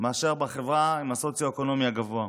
מאשר בחברה בסוציו-אקונומי הגבוה.